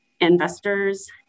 investors